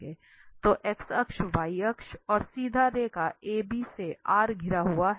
तो x अक्ष y अक्ष और सीधी रेखा AB से R घिरा हुआ है